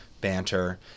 banter